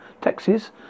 Texas